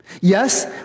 Yes